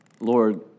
Lord